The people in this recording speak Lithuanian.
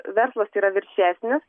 verslas yra viršesnis